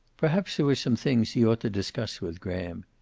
perhaps there were some things he ought to discuss with graham.